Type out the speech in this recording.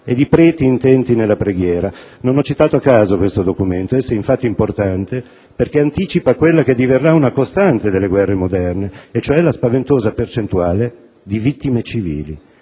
e di preti intenti nella preghiera. Non ho citato a caso questo documento: esso è infatti importante perché anticipa quella che diverrà una costante delle guerre moderne, e cioè la spaventosa percentuale di vittime civili,